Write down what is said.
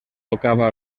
tocava